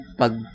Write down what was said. pag